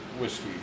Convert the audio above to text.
whiskey